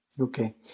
Okay